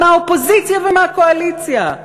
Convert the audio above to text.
מהאופוזיציה ומהקואליציה,